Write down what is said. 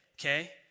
Okay